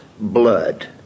blood